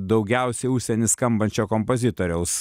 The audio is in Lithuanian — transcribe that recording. daugiausiai užsieny skambančio kompozitoriaus